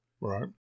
right